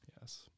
Yes